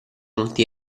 multi